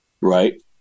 Right